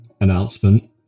announcement